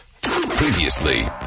Previously